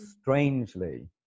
Strangely